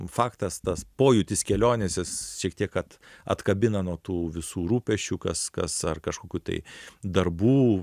faktas tas pojūtis kelionės jis šiek tiek kad atkabina nuo tų visų rūpesčių kas kas ar kažkokių tai darbų